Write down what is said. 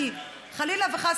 כי חלילה וחס,